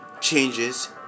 changes